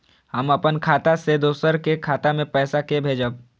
हम अपन खाता से दोसर के खाता मे पैसा के भेजब?